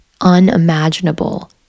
unimaginable